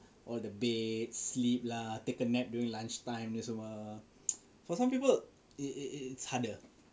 or the bed sleep lah take a nap during lunch time tu semua for some people it it it it's harder